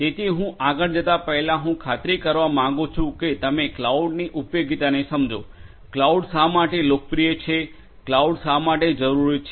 તેથી હું આગળ જતા પહેલાં હું ખાતરી કરવા માંગું છું કે તમે ક્લાઉડની ઉપયોગિતાને સમજો ક્લાઉડ શા માટે લોકપ્રિય છે ક્લાઉડ શા માટે જરૂરી છે